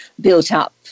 built-up